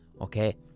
okay